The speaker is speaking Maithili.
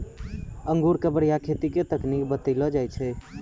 अंगूर के बढ़िया खेती के तकनीक बतइलो जाय छै